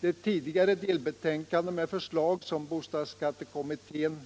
Det tidigare delbetänkandet från bostadsskattekommittén med